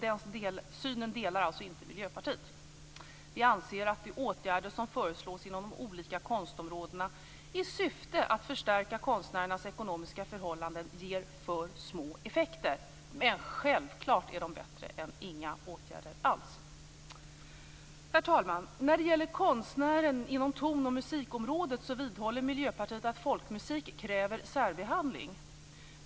Den synen delar alltså inte Miljöpartiet. Vi anser att de åtgärder som föreslås inom de olika konstområdena i syfte att förstärka konstnärernas ekonomiska förhållanden ger för små effekter, men självklart är de bättre än inga åtgärder alls. Herr talman! När det gäller konstnärer inom tonoch musikområdet vidhåller Miljöpartiet att folkmusik kräver särbehandling.